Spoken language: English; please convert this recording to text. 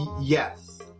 yes